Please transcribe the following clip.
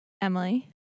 Emily